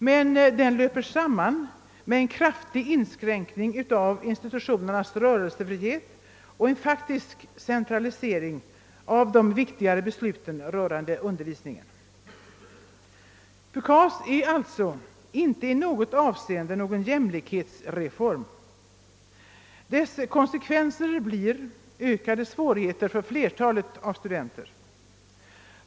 Men den löper samman med en kraftig inskränkning av institutionernas rörelsefrihet och en faktisk centralisering av de viktigare besluten rörande undervisningen. PUKAS är alltså inte i något avseende någon jämlikhetsreform. "Dess konsekvenser blir ökade svårigheter för flertalet studenter.